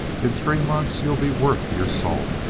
in three months you'll be worth your salt.